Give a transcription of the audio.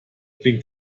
klingt